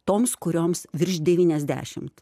toms kurioms virš devyniasdešimt